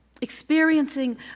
Experiencing